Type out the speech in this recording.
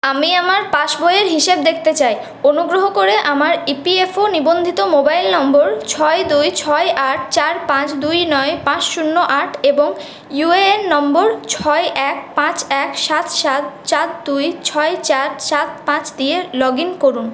আমি আমার পাসবইয়ের হিসেব দেখতে চাই অনুগ্রহ করে আমার ইপিএফও নিবন্ধিত মোবাইল নম্বর ছয় দুই ছয় আট চার পাঁচ দুই নয় পাঁচ শূন্য আট এবং ইউএএন নম্বর ছয় এক পাঁচ এক সাত সাত চার দুই ছয় চার সাত পাঁচ দিয়ে লগ ইন করুন